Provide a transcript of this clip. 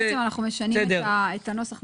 אז אנחנו משנים את הנוסח.